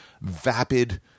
vapid